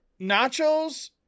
nachos